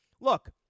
look